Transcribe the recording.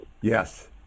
Yes